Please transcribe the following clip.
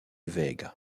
vega